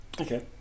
Okay